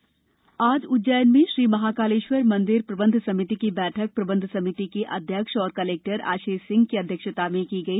महाकालेश्वर मंदिर आज उज्जैन में श्री महाकालेश्वर मंदिर प्रबंध समिति की बैठक प्रबंध समिति के अध्यक्ष एवं कलेक्टर आशीष सिंह की अध्यक्षता में की गई